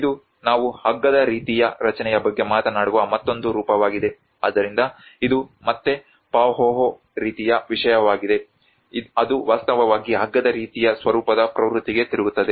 ಇದು ನಾವು ಹಗ್ಗದ ರೀತಿಯ ರಚನೆಯ ಬಗ್ಗೆ ಮಾತನಾಡುವ ಮತ್ತೊಂದು ರೂಪವಾಗಿದೆ ಆದ್ದರಿಂದ ಇದು ಮತ್ತೆ ಪಾಹೋಹೋ ರೀತಿಯ ವಿಷಯವಾಗಿದೆ ಅದು ವಾಸ್ತವವಾಗಿ ಹಗ್ಗದ ರೀತಿಯ ಸ್ವರೂಪದ ಪ್ರವೃತ್ತಿಗೆ ತಿರುಗುತ್ತದೆ